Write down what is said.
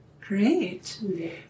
Great